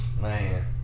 Man